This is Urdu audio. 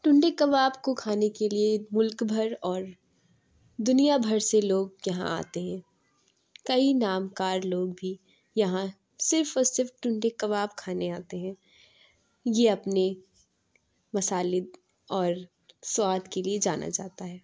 ٹنڈے کباب کو کھانے کے لیے مُلک بھر اور دُنیا بھر سے لوگ یہاں آتے ہیں کئی نام کار لوگ بھی یہاں صرف اور صرف ٹنڈے کباب کھانے آتے ہیں یہ اپنے مسالے اور سواد کے لیے جانا جاتا ہے